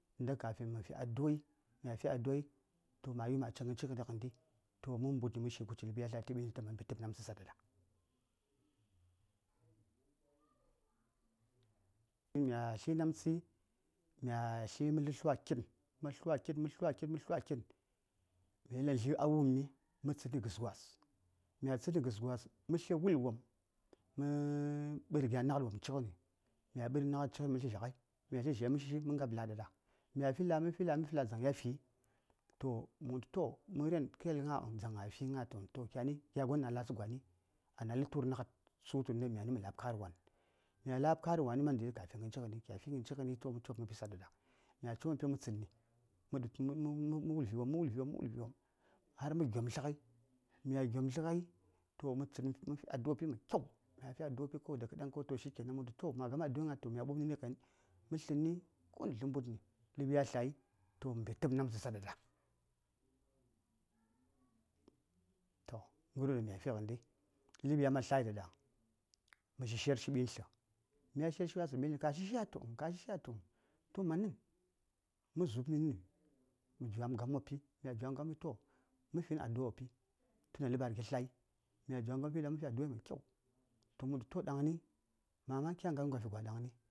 ﻿ndaka fi mə man fi aduai mya fi aduai toh mayi ma ci ghən cighən ɗa ghənɗi toh mə mbutni mə shi: kuci toh ləb ya tlai mə mbi təpm namtsə saɗɗa ɗa mya tli namtsəi mya tli məsəŋ tlwa kitn mə tlwa kitn mə tlwa kitn mə tlwa kitn mya yel ɗaŋ dlyi a wummi mə tlən tsədni gəs gwas mya tsədni gəs gwas mə tlya wul wopm mə ɓəɗi gya naghad wopm cighən mya ɓəɗi naghad cighan mə tlya zhyaghai mya tlya zhai mə shishi mə ngab la: ɗaɗa mya fi la: mə fi la: mə fi la: dzaŋ ya fi mə wul tu toh məren kə yel gna dzaŋ a fi gna tu kyani gya gon wan latsən ana sən tur naghad sutu nda myani mə la:b ka:r wan mya ləb kərwan mə man daidai ta fi ghan cighəni kya fi ghən cighəni toh mə copmi wopi saɗaɗa mya copmi wopi toh mə tsədni mə du tə mə wul vi: wopm mə wul vi: wopm mə wul vi: wopm har mə gyemtlə ghai mya gyemtlə ghai toh mə tsən mə fi adua ghai mai kyau mya fi aduai to daka ɗan shi kenan toh ma gama aduai toh mya ɓub nə ni ngwe konu tə səŋ mbudni toh ləb ya tlai toh mə mbi təpm namtsə saɗɗaɗa toh ghəryo ɗaŋ mya fi ghənɗi ləb ya man tlai ɗaɗa mə shisher shi wasəŋyi tə ɓintli mya shishershi wasəŋyi ɓintli tu ka shishiya tu uhn ka shishiya tu toh manən mə zuɓənni mə jwam ga:m wopi mya jwam ga:m wopi toh mə fi adua wopi tun ɗaŋ ləb a riga tlai mya jwam ga:m wopi toh mə fi aduai mai kyau toh mə wultu toh ɗaŋni mama kyan ghərwon ɗaŋ ka fi gwa ɗaŋni.